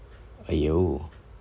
!aiyo!